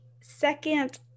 second